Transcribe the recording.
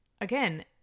again